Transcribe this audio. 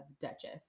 Duchess